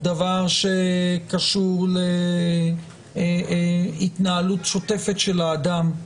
דבר שקשור להתנהלות שוטפת של האדם,